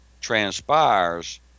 transpires